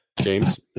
James